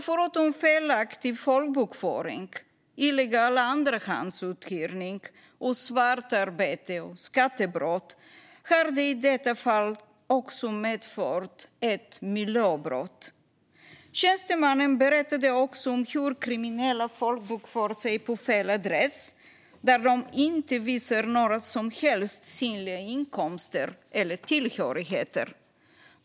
Förutom felaktig folkbokföring, illegal andrahandsuthyrning, svartarbete och skattebrott har det i detta fall alltså också medfört ett miljöbrott. Tjänstemannen berättade också om hur kriminella folkbokför sig på fel adress, där de inte visar några som helst synliga inkomster eller tillhörigheter.